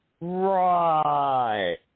right